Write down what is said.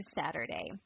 Saturday